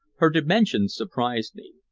her dimensions surprised me.